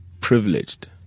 privileged